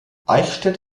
eichstätt